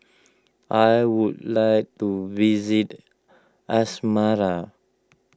I would like to visit Asmara